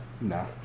no